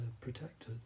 protected